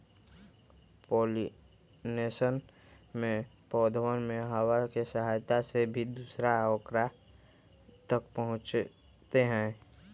pollination में पौधवन में हवा के सहायता से भी दूसरा औकरा तक पहुंचते हई